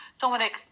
Dominic